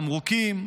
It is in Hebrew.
תמרוקים,